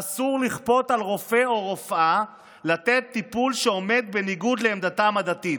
אסור לכפות על רופא או רופאה לתת טיפול שעומד בניגוד לעמדתם הדתית".